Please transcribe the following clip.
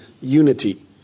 unity